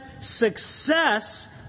success